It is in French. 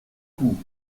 coup